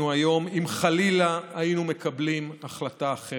היום אם חלילה היינו מקבלים החלטה אחרת.